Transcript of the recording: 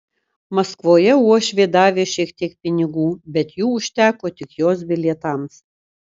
maskvoje uošvė davė šiek tiek pinigų bet jų užteko tik jos bilietams